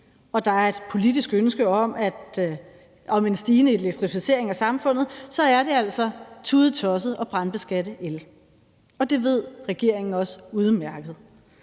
og der er et politisk ønske om en stigende elektrificering af samfundet, er det altså tudetosset at brandbeskatte el, og det ved regeringen også udmærket.